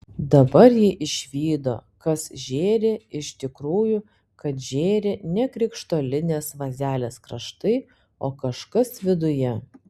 dabar ji išvydo kas žėri iš tikrųjų kad žėri ne krištolinės vazelės kraštai o kažkas viduje